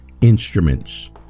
Instruments